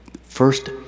first